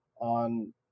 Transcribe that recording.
on